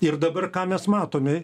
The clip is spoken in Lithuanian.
ir dabar ką mes matome